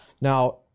Now